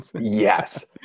yes